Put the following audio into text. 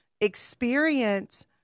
experience